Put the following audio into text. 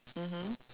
mmhmm